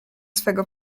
swego